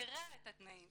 מרע את התנאים.